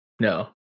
No